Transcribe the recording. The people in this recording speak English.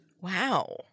Wow